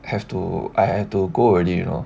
have to I have to go already you know